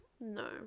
No